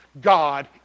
God